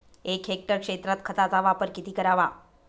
एक हेक्टर क्षेत्रात खताचा वापर किती करावा?